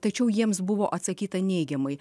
tačiau jiems buvo atsakyta neigiamai